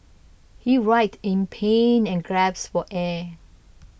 he writhed in pain and gasped for air